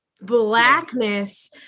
blackness